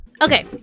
Okay